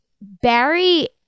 Barry